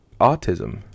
Autism